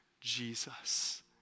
Jesus